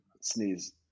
sneeze